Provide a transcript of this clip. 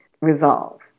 resolve